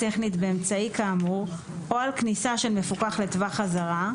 טכנית באמצעי כאמור או על כניסה של מפוקח לטווח אזהרה,